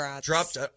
dropped